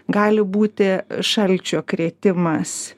gali būti šalčio krėtimas